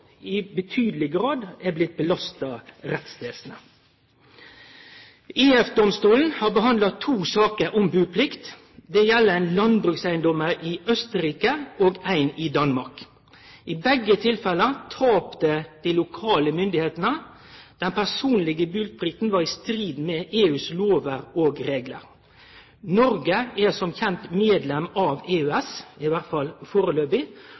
er blitt belasta rettsvesenet. EF-domstolen har behandla to saker om buplikt. Det gjeld ein landbrukseigedom i Austerrike og éin i Danmark. I begge tilfella tapte dei lokale myndigheitene. Den personlege buplikta var i strid med EUs lovar og reglar. Noreg er som kjent medlem av EØS, i alle fall